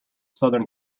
southern